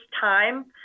time